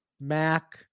Mac